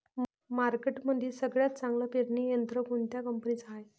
मार्केटमंदी सगळ्यात चांगलं पेरणी यंत्र कोनत्या कंपनीचं हाये?